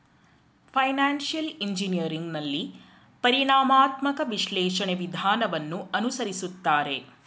financial engineering ನಲ್ಲಿ ಪರಿಣಾಮಾತ್ಮಕ ವಿಶ್ಲೇಷಣೆ ವಿಧಾನವನ್ನು ಅನುಸರಿಸುತ್ತಾರೆ